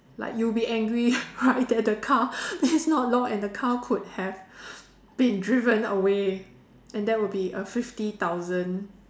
like you will be angry that the car is not locked and the car could have been driven away and that would be a fifty thousand